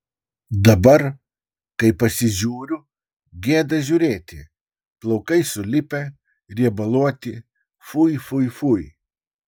dabar kai pasižiūriu gėda žiūrėti plaukai sulipę riebaluoti fui fui fui